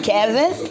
Kevin